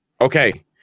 Okay